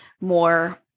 more